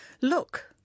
Look